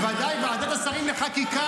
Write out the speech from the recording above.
מנסה להשוות --- ועדת השרים לחקיקה,